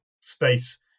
space